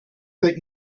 that